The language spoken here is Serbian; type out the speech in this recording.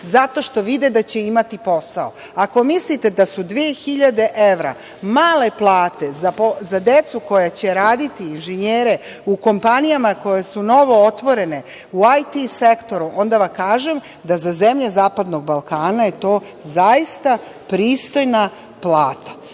zato što vide da će imati posao. Ako mislite da su 2.000 evra male plate za decu koja će raditi, inženjere u kompanijama koje su novootvorene, u IT sektoru, onda vam kažem da za zemlje zapadnog Balkana je to zaista pristojna plata. Prema